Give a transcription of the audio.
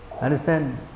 Understand